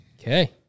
Okay